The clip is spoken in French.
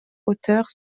auteurs